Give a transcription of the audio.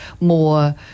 more